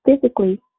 physically